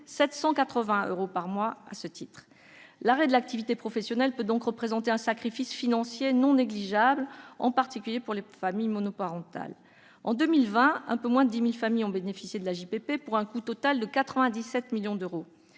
780 euros par mois. L'arrêt de l'activité professionnelle peut donc représenter un sacrifice financier non négligeable, en particulier pour les familles monoparentales. En 2020, un peu moins de 10 000 familles ont bénéficié de l'AJPP, pour un coût total de 97 millions d'euros.